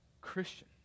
Christian